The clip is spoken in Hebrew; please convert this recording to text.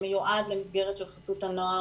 שמיועד למסגרת של חסות הנוער,